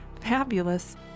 fabulous